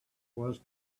was